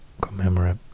commemorate